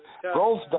growth